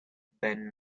ben